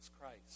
Christ